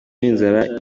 inzara